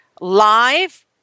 live